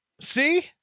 See